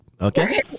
okay